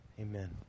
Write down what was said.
Amen